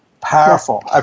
Powerful